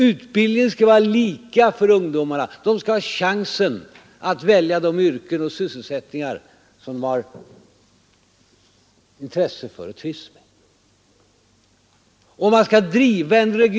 Utbildningen skall vara lika för ungdomarna, de skall ha chansen att välja de yrken och sysselsättningar som de har intresse för och trivs med.